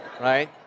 Right